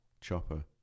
Chopper